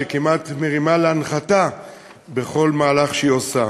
שכמעט מרימה להנחתה בכל מהלך שהיא עושה.